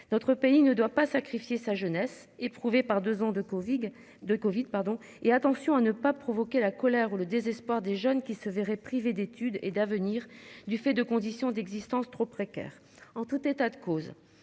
Notre pays ne doit pas sacrifier sa jeunesse éprouvée par 2 ans de Covid de Covid pardon et attention à ne pas provoquer la colère ou le désespoir des jeunes qui se verraient priver d'études et d'avenir du fait de conditions d'existence trop précaire. En tout état de cause,